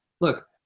Look